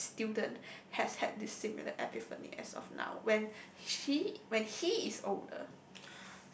that student has had the similar epiphany as of now when he when he is older